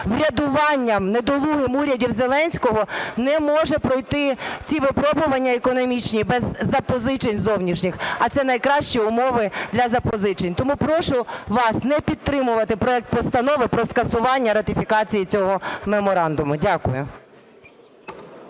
врядуванням недолугим урядів Зеленського не може пройти ці випробування економічні без запозичень зовнішніх, а це найкращі умови для запозичень. Тому прошу вас не підтримувати проект Постанови про скасування ратифікації цього меморандуму. Дякую.